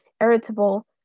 irritable